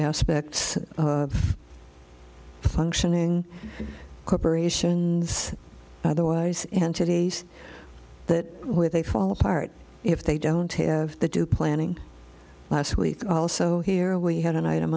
aspects functioning corporations otherwise entities that when they fall apart if they don't have the do planning last week also here we had an item